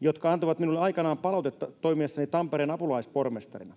jotka antoivat minulle aikanaan palautetta toimiessani Tampereen apulaispormestarina.